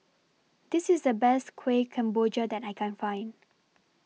This IS The Best Kueh Kemboja that I Can Find